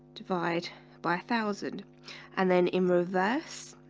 divided by a thousand and then in reverse